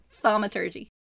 thaumaturgy